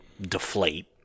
deflate